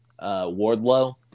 Wardlow